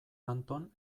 anton